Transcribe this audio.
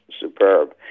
superb